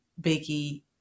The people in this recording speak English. Biggie